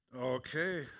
Okay